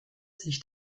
sich